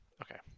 Okay